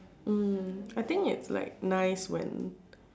mm I think it's like nice when